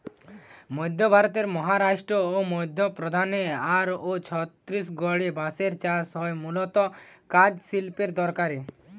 মধ্য ভারতের মহারাষ্ট্র, মধ্যপ্রদেশ আর ছত্তিশগড়ে বাঁশের চাষ হয় মূলতঃ কাগজ শিল্পের দরকারে